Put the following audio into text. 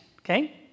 okay